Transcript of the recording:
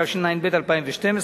התשע"ב 2012,